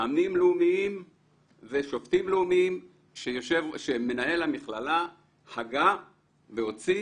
מאמנים לאומיים ושופטים לאומיים שמנהל המכללה הגה והוציא.